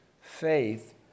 faith